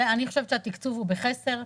אני חושבת שהתקצוב הוא בחסר,